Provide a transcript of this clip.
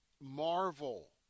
Marvel